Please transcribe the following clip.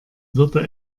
würde